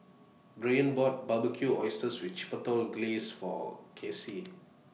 Byron bought Barbecued Oysters with Chipotle Glaze For Kelsie